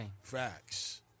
Facts